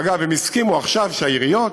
אגב, הם הסכימו עכשיו שהעיריות